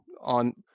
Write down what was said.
on